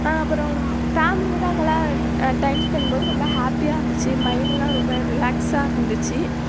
அப்புறம் ஃபேமிலியோடு அங்கேலாம் டைம் ஸ்பெண்ட் பண்ணும் போது ரொம்ப ஹாப்பியாக இருந்துச்சு மைண்ட்லாம் ரொம்ப ரிலாக்ஸாக இருந்துச்சு